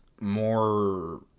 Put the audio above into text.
more